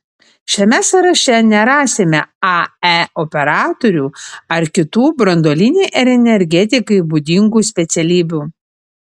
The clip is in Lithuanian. šiame sąraše nerasime ae operatorių ar kitų branduolinei energetikai būdingų specialybių